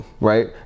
right